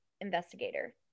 investigator